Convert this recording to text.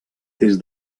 des